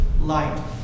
light